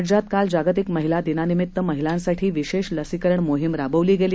राज्यात काल जागतिक महिला दिनानिमीत्त महिलांसाठी विवेष लसीकरण मोहीम राबवली गेली